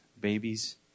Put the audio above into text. babies